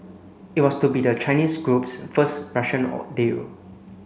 it was to be the Chinese group's first Russian deal